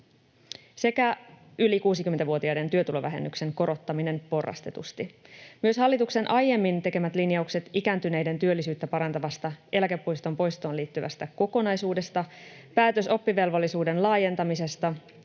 sekä yli 60-vuotiaiden työtulovähennyksen korottaminen porrastetusti. Myös hallituksen aiemmin tekemät linjaukset ikääntyneiden työllisyyttä parantavasta eläkeputken poistoon liittyvästä kokonaisuudesta, päätös oppivelvollisuuden laajentamisesta,